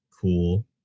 cool